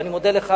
ואני מודה לך,